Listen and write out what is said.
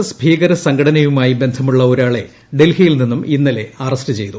S ഭീകര സംഘടനയുമായി ബന്ധമുള്ള ഒരാളെ ഡൽഹിയിൽ നിന്നും ഇന്നലെ അറസ്റ്റു ചെയ്തു